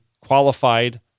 qualified